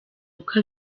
uko